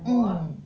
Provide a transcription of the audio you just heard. mm